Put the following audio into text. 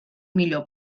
millor